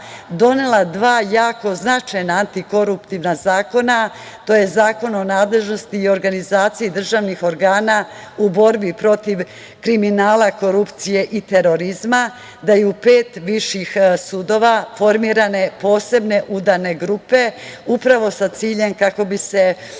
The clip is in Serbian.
donela dva jako značajna antikoruptivna zakona, tj. Zakon o nadležnosti i organizaciji državnih organa u borbi protiv kriminala, korupcije i terorizma, da je u pet viših sudova formirana posebne udane grupe, upravo sa ciljem kako bi se udarilo